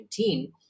2019